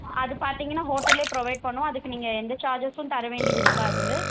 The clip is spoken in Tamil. அது பார்த்தீங்கன்னா ஹோட்டலில் ப்ரொவைட் பண்ணுவோம் அதுக்கு நீங்கள் எந்த சார்ஜஸ்ஸும் தர வேண்டியது இருக்காது